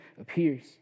appears